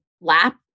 lap